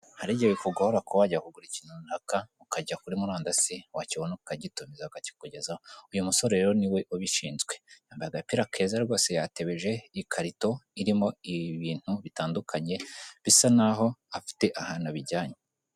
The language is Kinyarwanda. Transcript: Hari igihe bikugora kuba wajya kugura ikintu runaka ukajya kuri murandasi wakibona ukagitumiza ukakigezwaho uyu musore rero niwe ubishinzwe agapira keza rwose yatebeje ikarito irimo ibintu bitandukanye bisa nkaho afite ahantu abijyanye.